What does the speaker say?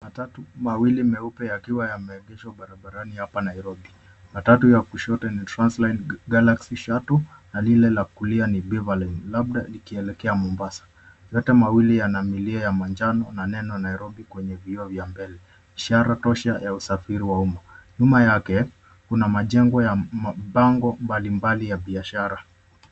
Matatu mawili meupe yakiwa yameegeshwa barabarani hapa Nairobi. Matatu ya kushoto ni transline galaxy shuttle na lile la kulia ni beaverline labda likielekea Mombasa. Yote mawili yana milia ya manjano na neno, Nairobi, kwenye vioo vya mbele, ishara tosha ya usafiri wa umma. Nyuma yake kuna mabango mbalimbali ya biashara.